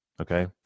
Okay